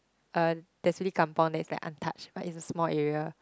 uh there's really kampung that is like untouched but it's a small area